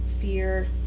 fear